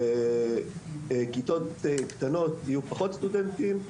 בכיתות קטנות יהיו פחות סטודנטים,